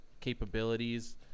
capabilities